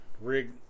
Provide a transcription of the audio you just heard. rig